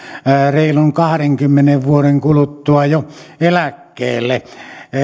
reilun kahdenkymmenen vuoden kuluttua eläkkeelle